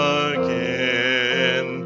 again